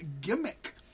gimmick